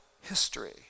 history